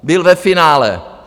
Byl ve finále.